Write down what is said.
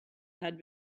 had